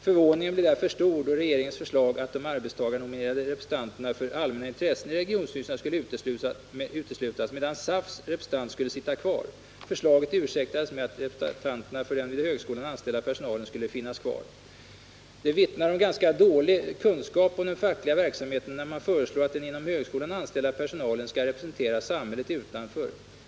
Förvåningen blev därför stor då regeringens förslag att de arbetstagarnominerade representanterna för allmänna intressen i regionstyrelserna skulle uteslutas, medan SAF:s representant skulle sitta kvar. Förslaget ursäktades med att representanterna för den vid högskolan anställda personalen skulle finnas kvar. Det vittnar om ganska dålig kunskap om den fackliga verksamheten när man föreslår att den inom högskolan anställda personalen skall representera samhället utanför.